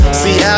see